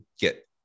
get